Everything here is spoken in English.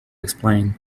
explain